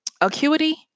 acuity